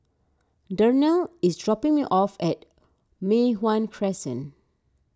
Darnell is dropping me off at Mei Hwan Crescent